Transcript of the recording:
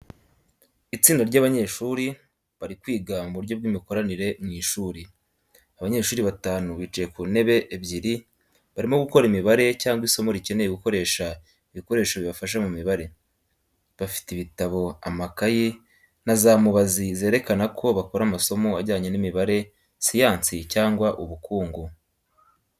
Itsinda ry’abanyeshuri bari kwiga mu buryo bw’imikoranire mu ishuri. Abanyeshuri batanu bicaye ku ntebe ebyiri barimo gukora imibare cyangwa isomo rikeneye gukoresha ibikoresho bibafasha mu mibare. Bafite ibitabo, amakayi, na za mubazi zerekana ko bakora amasomo ajyanye n’imibare, siyansi, cyangwa ubukungu.